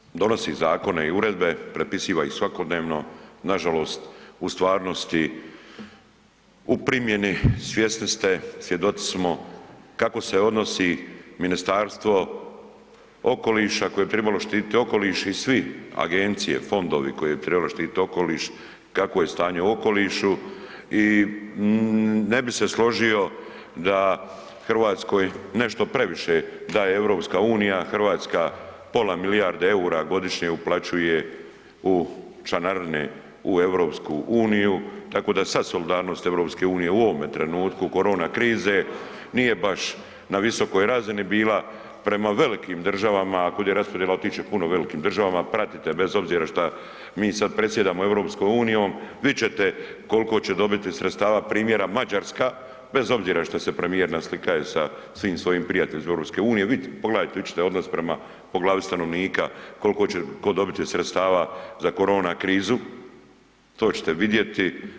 Hrvatska donosi zakone i uredbe, prepisiva ih svakodnevno, nažalost, u stvarnosti, u primjeni, svjesni ste, svjedoci smo kako se odnosi Ministarstvo okoliša koje bi trebalo štititi okoliš i svi, agencije, fondovi koji bi trebali štititi okoliš, kakvo je stanje u okolišu i ne bi se složio da Hrvatskoj nešto previše daje EU, Hrvatska pola milijarde eura godišnje uplaćuje u članarine u EU-u, takva da sva solidarnost EU-a u ovome trenutku korone krize nije baš na visokoj razini bila prema velikim državama, ako bude raspodjela, otići će puno velikim državama, pratite bez obzira šta mi sad predsjedamo EU-om, vidjet ćete koliko će dobiti sredstava primjera Mađarska bez obzira šta se premijer naslikava sa svim svojim prijateljima iz EU-a, vidite, pogledajte, vidjet ćete odnos prema po glavi po stanovnika koliko će ko dobiti sredstava za korona krizu, to ćete vidjeti.